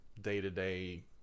day-to-day